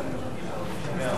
אורח